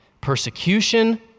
persecution